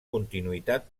continuïtat